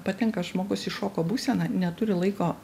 patenka žmogus į šoko būseną neturi laiko